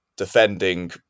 Defending